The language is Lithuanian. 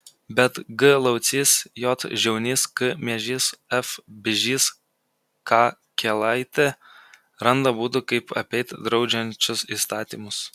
bet g laucys j žiaunys k miežys f bižys k kielaitė randa būdų kaip apeit draudžiančius įstatymus